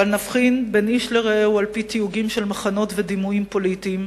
בל נבחין בין איש לרעהו על-פי תיוגים של מחנות ודימויים פוליטיים,